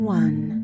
one